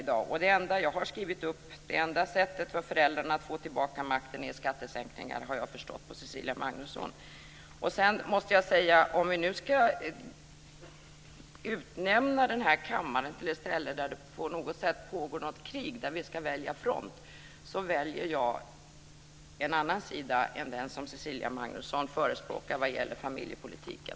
Jag har förstått av Cecilia Magnusson att det enda man kan göra - jag har skrivit upp det här - för att föräldrarna ska få tillbaka makten är skattesänkningar. Om vi nu ska utnämna den här kammaren till ett ställe där det på något sätt pågår ett krig där vi ska välja front väljer jag en annan sida än den som Cecilia Magnusson förespråkar vad gäller familjepolitiken.